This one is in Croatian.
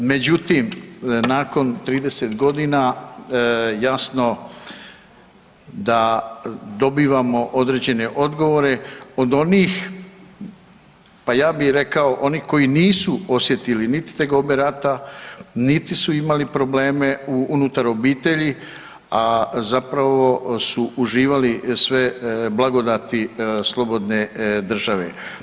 Međutim, nakon 30 godina jasno da dobivamo određene odgovore od onih, pa ja bih rekao koji nisu osjetili niti tegobe rata, niti su imali probleme unutar obitelji, a zapravo su uživali sve blagodati slobodne države.